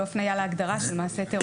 אבל הבנתי שאין הפניה להגדרה של מעשה טרור.